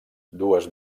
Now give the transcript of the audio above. dues